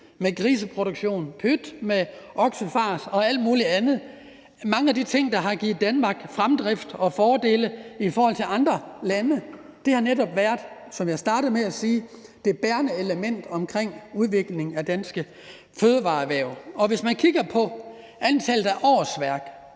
med griseproduktion, og pyt med oksefars og alt muligt andet. Mange af de ting, der har givet Danmark fremdrift og fordele i forhold til andre lande, har netop været, som jeg startede med at sige, det bærende element i udviklingen af danske fødevareerhverv. Og hvis man kigger på antallet af årsværk,